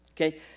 Okay